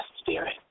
Spirit